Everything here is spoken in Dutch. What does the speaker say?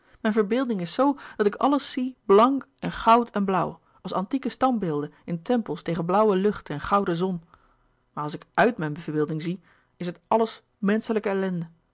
mijn verbeelding is zoo dat ik alles zie blank en goud en blauw als antieke standbeelden in tempels tegen blauwe lucht en gouden zon maar als ik uit mijn verbeelding zie is het alles menschelijke ellende